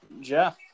Jeff